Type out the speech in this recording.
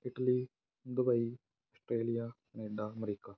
Italy Dubai Australia Canada America